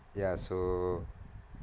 ya so